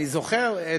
אני זוכר,